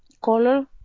color